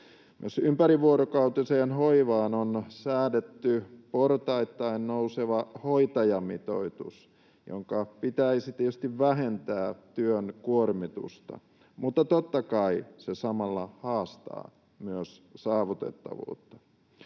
Myös ympärivuorokautiseen hoivaan on säädetty portaittain nouseva hoitajamitoitus, jonka pitäisi tietysti vähentää työn kuormitusta, mutta totta kai se samalla haastaa myös saavutettavuutta.